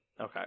Okay